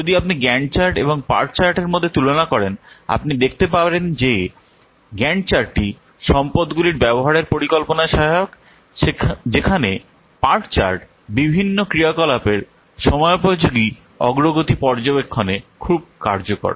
যদি আপনি Gantt chart এবং পার্ট চার্টের মধ্যে তুলনা করেন আপনি দেখতে পারেন যে গ্যান্ট চার্টটি সম্পদগুলির ব্যবহারের পরিকল্পনায় সহায়ক যেখানে পার্ট চার্ট বিভিন্ন ক্রিয়াকলাপের সময়োপযোগী অগ্রগতি পর্যবেক্ষণে খুব কার্যকর